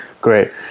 great